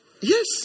Yes